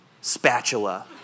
spatula